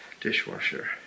dishwasher